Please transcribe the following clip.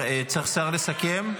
צריך שר לסכם?